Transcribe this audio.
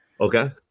okay